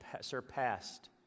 surpassed